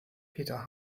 peter